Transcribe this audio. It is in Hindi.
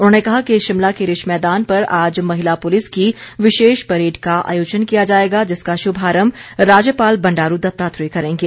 उन्होंने कहा कि शिमला के रिज मैदान पर आज महिला पुलिस की विशेष परेड का आयोजन किया जाएगा जिसका शुभारंभ राज्यपाल बंडारू दत्तात्रेय करेंगे